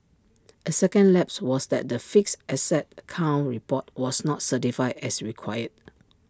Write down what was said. A second lapse was that the fixed asset count report was not certified as required